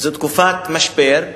זו תקופת משבר,